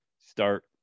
start